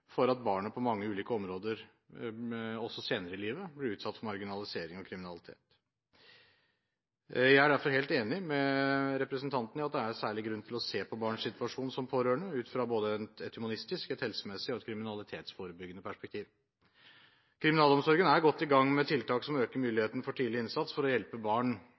for at barnet på mange ulike områder også senere i livet blir utsatt for marginalisering og kriminalitet. Jeg er derfor helt enig med representanten i at det er særlig grunn til å se på barns situasjon som pårørende ut fra både et humanistisk, et helsemessig og et kriminalitetsforebyggende perspektiv. Kriminalomsorgen er godt i gang med tiltak som øker muligheten for tidlig innsats, for å hjelpe barn